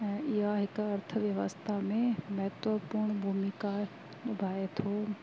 ऐं इहा हिकु अर्थव्यवस्था में महत्वपूर्ण भूमिका निभाए थो